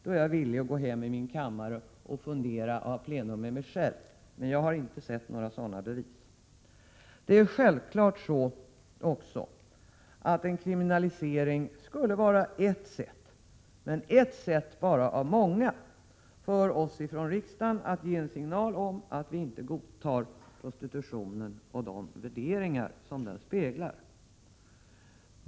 Då är jag villig att gå hem i min kammare och fundera och ha plenum med mig själv, men jag har inte sett några sådana bevis. Det är självklart att kriminalisering skulle vara ett sätt — men bara ett sätt av många — för oss från riksdagen att ge en signal om att vi inte godtar prostitutionen och de värderingar som den speglar.